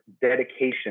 dedication